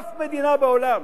אף מדינה בעולם,